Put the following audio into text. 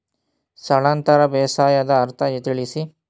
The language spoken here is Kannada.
ಸ್ಥಳಾಂತರ ಬೇಸಾಯದ ಅರ್ಥ ತಿಳಿಸಿ?